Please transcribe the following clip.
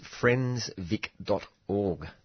friendsvic.org